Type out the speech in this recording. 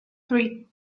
three